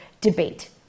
debate